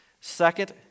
Second